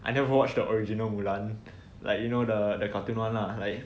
I never watch the original mulan like you know the the cartoon [one] lah like